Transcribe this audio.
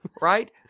right